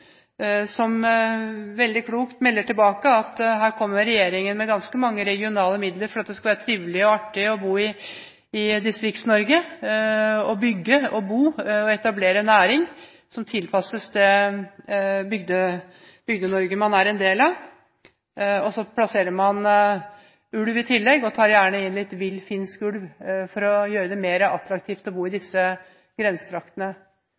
veldig klokt melder tilbake at her kommer regjeringen med ganske mange regionale midler for at det skal være trivelig og artig å bo i Distrikts-Norge, bygge og bo og etablere næring som tilpasses det Bygde-Norge man er en del av. Så plasserer man ulv i tillegg og tar gjerne inn litt vill, finsk ulv for å gjøre det mer attraktivt å bo i disse grensetraktene.